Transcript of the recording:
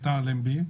את אלנבי,